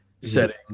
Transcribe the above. setting